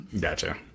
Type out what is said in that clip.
Gotcha